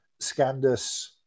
Scandus